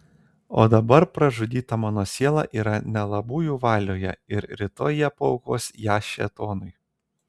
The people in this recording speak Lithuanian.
o dabar pražudyta mano siela yra nelabųjų valioje ir rytoj jie paaukos ją šėtonui